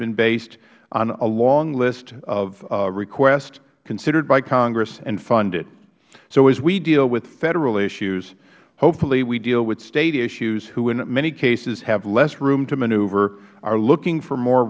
been based on a long list of requests considered by congress and funded so as we deal with federal issues hopefully we deal with state issues who in many cases have less room to maneuver are looking for more